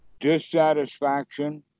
dissatisfaction